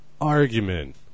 argument